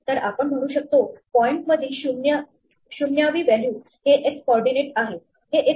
तर आपण म्हणू शकतो पॉईंट मधील 0th व्हॅल्यू हे x कॉर्डीनेट आहे